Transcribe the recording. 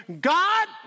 God